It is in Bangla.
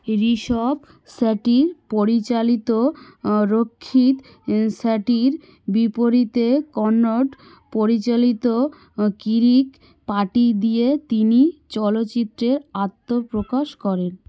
ঋষভ শেঠির পরিচালিত রক্ষিত শেঠির বিপরীতে কন্নড় পরিচালিত কিরিক পার্টি দিয়ে তিনি চলচ্চিত্রের আত্মপ্রকাশ করেন